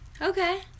Okay